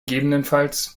ggf